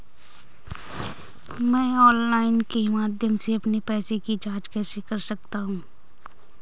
मैं ऑनलाइन के माध्यम से अपने पैसे की जाँच कैसे कर सकता हूँ?